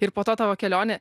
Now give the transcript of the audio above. ir po to tavo kelionė